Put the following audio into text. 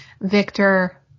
Victor